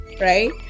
right